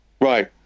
Right